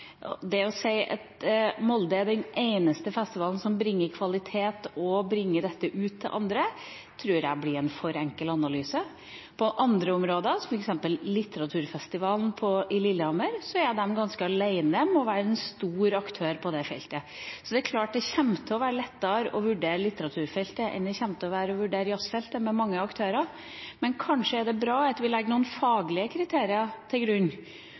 og det å si at Molde er den eneste festivalen som bringer kvalitet, og som bringer dette ut til andre, tror jeg blir en for enkel analyse. Når det gjelder et annet område, litteratur, er litteraturfestivalen på Lillehammer ganske alene om å være en stor aktør på det feltet. Så det er klart at det kommer til å være lettere å vurdere litteraturfeltet enn jazzfeltet, som har mange aktører, men kanskje er det bra at vi legger noen faglige kriterier til grunn,